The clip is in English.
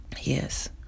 Yes